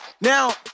Now